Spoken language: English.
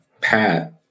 Pat